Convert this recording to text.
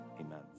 amen